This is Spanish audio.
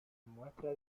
muestra